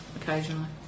occasionally